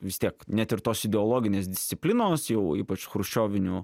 vis tiek net ir tos ideologinės disciplinos jau ypač chruščioviniu